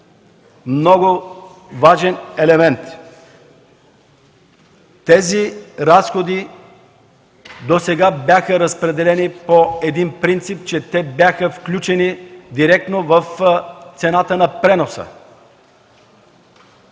много важен елемент. Тези разходи досега бяха разпределяни по един принцип, че те бяха включени директно в цената на преноса.